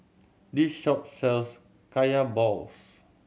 this shop sells Kaya balls